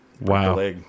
wow